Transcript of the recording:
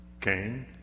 Cain